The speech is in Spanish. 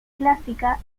clásica